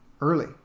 early